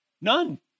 None